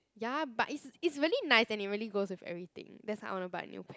ya but it it's really nice and it really goes with everything that's why I want to buy a new pair